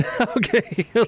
okay